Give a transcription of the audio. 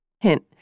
Hint